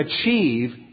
achieve